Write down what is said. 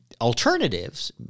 alternatives